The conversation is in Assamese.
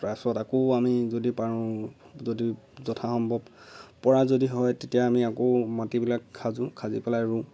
পাছত আকৌ আমি যদি পাৰোঁ যদি যথাসম্ভৱ পৰা যদি হয় তেতিয়া আমি আকৌ মাটিবিলাক খাজোঁ খাজি পেলাই ৰুওঁ